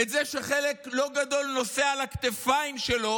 את זה שחלק לא גדול נושא על הכתפיים שלו